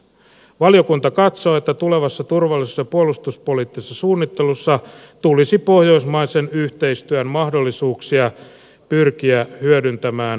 valiokunta katsoo että tulevassa turvallisuus ja puolustuspoliittisessa suunnittelussa tulisi pohjoismaisen yhteistyön mahdollisuuksia pyrkiä hyödyntämään täysimääräisesti